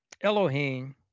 Elohim